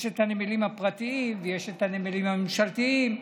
יש את הנמלים הפרטיים ויש את הנמלים הממשלתיים,